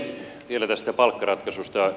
vielä tästä palkkaratkaisusta